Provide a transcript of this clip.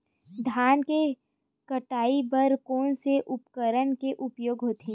धान के कटाई बर कोन से उपकरण के उपयोग होथे?